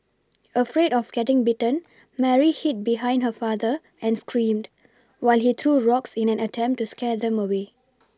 afraid of getting bitten Mary hid behind her father and screamed while he threw rocks in an attempt to scare them away